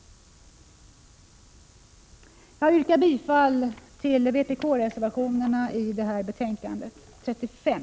Jag yrkar bifall till de vpk-reservationer som fogats till betänkandet 35.